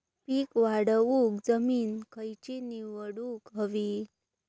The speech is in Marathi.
पीक वाढवूक जमीन खैची निवडुक हवी?